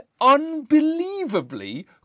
unbelievably